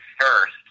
first